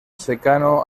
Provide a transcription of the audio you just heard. secano